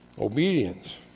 obedience